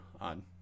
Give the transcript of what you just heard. on